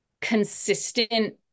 consistent